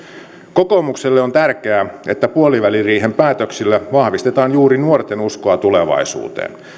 kokoomukselle on tärkeää että puoliväliriihen päätöksillä vahvistetaan juuri nuorten uskoa tulevaisuuteen